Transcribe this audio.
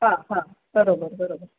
हां हां बरोबर बरोबर